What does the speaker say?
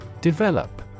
Develop